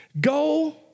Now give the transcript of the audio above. Go